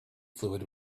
fluid